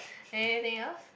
anything else